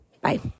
Bye